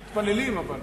אין מתפללים, אבל.